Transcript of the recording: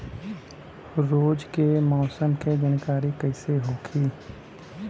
रोज के मौसम के जानकारी कइसे होखि?